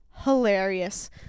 hilarious